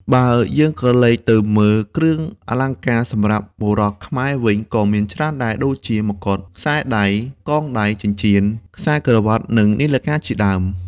បើយើងក្រឡេកទៅមើលគ្រឿងអលង្ការសម្រាប់បុរសខ្មែរវិញក៏មានច្រើនដែរ ដូចជា មកុដ ខ្សែដៃ កងដៃ ចិញ្ចៀន ខ្សែក្រវាត់និងនាឡិកាជាដើម។